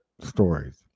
stories